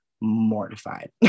mortified